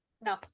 No